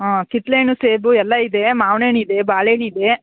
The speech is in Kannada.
ಹಾಂ ಕಿತ್ತಲೆ ಹಣ್ಣು ಸೇಬು ಎಲ್ಲ ಇದೆ ಮಾವ್ನಣ್ಣು ಇದೆ ಬಾಳೆಣ್ಣು ಇದೆ